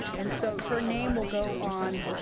and so her name will go on